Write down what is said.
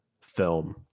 film